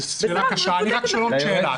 יש לי שאלה נוספת.